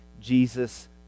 Jesus